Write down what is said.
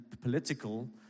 political